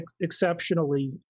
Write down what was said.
exceptionally